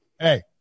hey